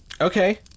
okay